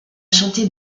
chanté